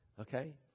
Okay